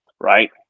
right